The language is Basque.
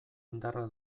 indarra